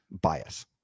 bias